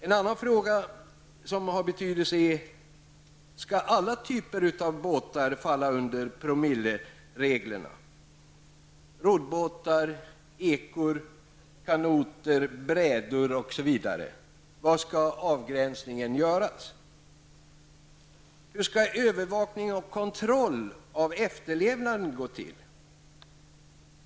En annan fråga av betydelse är: Skall alla typer av båtar falla under promillereglerna -- roddbåtar, ekor, kanoter, brädor osv? Var skall avgränsningen göras? Hur skall övervakning och kontroll av efterlevnaden gå till?